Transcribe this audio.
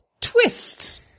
Twist